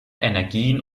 energien